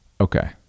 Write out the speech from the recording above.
Okay